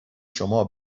شما